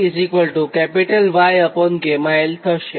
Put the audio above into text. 1ZC Yγl થશે